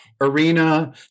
arena